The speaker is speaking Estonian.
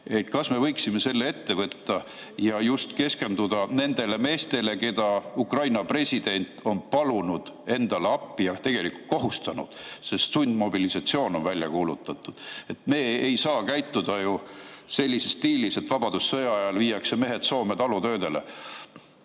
Kas me võiksime selle ette võtta ja just keskenduda nendele meestele, keda Ukraina president on palunud endale appi, tegelikult kohustanud, sest sundmobilisatsioon on välja kuulutatud? Me ei saa käituda ju sellises stiilis, et vabadussõja ajal viiakse mehed Soome talutöödele.